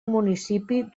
municipi